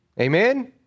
Amen